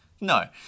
No